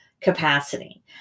capacity